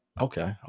Okay